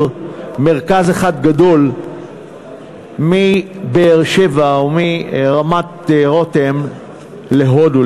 מרכז אחד גדול מבאר-שבע או מרמת-רותם להודו,